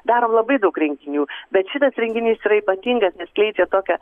darom labai daug renginių bet šitas renginys yra ypatingas nes skleidžia tokią